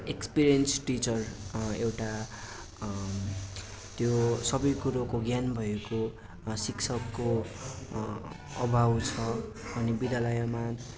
experience teacher एउटा त्यो सबै कुरोको ज्ञान भएको शिक्षकको अभाव छ अनि विद्यालयमा